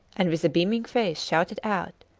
and with a beaming face shouted out,